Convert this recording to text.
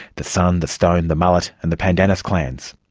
the sun, the stone, the mullet and the pandanus clans.